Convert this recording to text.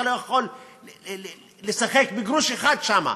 אתה לא יכול לשחק בגרוש אחד שם,